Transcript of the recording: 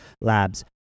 labs